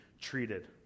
treated